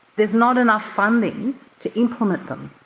there's not enough funding to implement them,